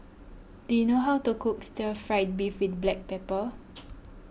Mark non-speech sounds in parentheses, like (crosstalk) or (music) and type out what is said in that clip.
do you know how to cook Stir Fried Beef with Black Pepper (noise)